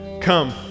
come